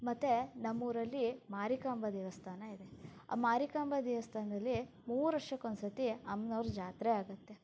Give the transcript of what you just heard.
ಮತ್ತೆ ನಮ್ಮೂರಲ್ಲಿ ಮಾರಿಕಾಂಬಾ ದೇವಸ್ಥಾನ ಇದೆ ಆ ಮಾರಿಕಾಂಬಾ ದೇವಸ್ಥಾನದಲ್ಲಿ ಮೂರು ವರ್ಷಕ್ಕೊಂದು ಸತಿ ಅಮ್ಮನವರ ಜಾತ್ರೆ ಆಗತ್ತೆ